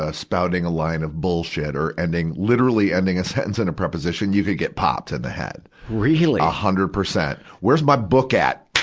spouting a line of bullshit or ending, literally ending a sentence in a preposition, you could get popped in the head. really! a hundred percent. where's my book at?